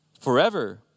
forever